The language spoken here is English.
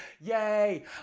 Yay